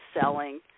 selling